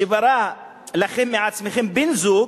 שברא לכם מעצמכם בן-זוג,